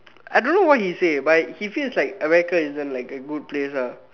I don't know what he say but he feels like America isn't like a good place ah